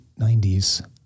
90s